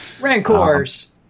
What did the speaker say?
Rancors